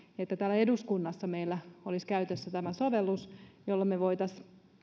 että täällä eduskunnassa meillä olisi käytössä tämä sovellus jolla me voisimme